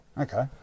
okay